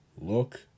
look